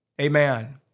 Amen